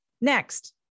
Next